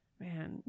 man